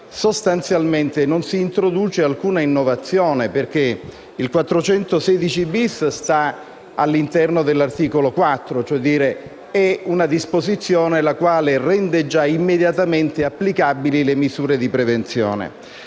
sostanzialmente non si introduce alcuna innovazione, perché l'articolo 416-*bis* sta all'interno dell'articolo 4, cioè è una disposizione la quale rende già immediatamente applicabili le misure di prevenzione.